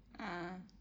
a'ah